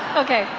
ok.